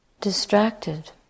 distracted